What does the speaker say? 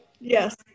Yes